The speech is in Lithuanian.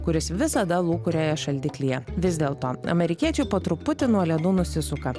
kuris visada lūkurioja šaldiklyje vis dėl to amerikiečiai po truputį nuo ledų nusisuka